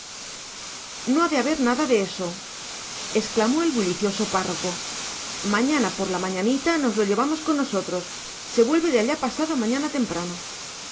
no ha de haber nada de eso exclamó el bullicioso párroco mañana por la mañanita nos lo llevamos con nosotros se vuelve de allá pasado mañana temprano